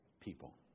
people